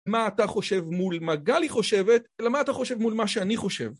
מה אתה חושב מול מה גלי חושבת, אלא מה אתה חושב מול מה שאני חושב.